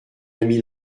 ami